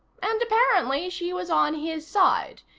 and, apparently, she was on his side.